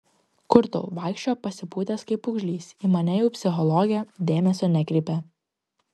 kur tau vaikščiojo pasipūtęs kaip pūgžlys į mane jau psichologę dėmesio nekreipė